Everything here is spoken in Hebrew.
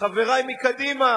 חברי מקדימה,